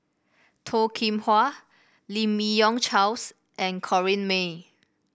Toh Kim Hwa Lim Yi Yong Charles and Corrinne May